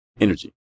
energy